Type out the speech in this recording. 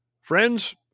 friends